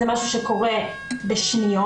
זה משהו שקורה בשניות,